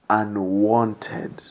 unwanted